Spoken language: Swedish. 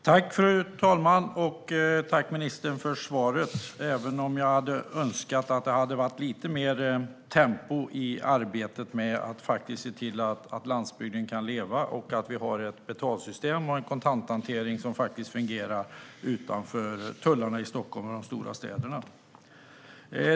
Fru talman! Tack, ministern, för svaret, även om jag hade önskat mig ett lite högre tempo i arbetet med att se till att landsbygden kan leva och att vi har ett betalsystem och en kontanthantering som fungerar utanför tullarna i Stockholm och de stora städerna.